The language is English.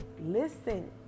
Listen